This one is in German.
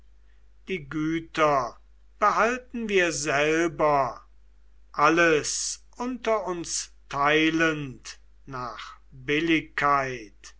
die güter behalten wir selber alles unter uns teilend nach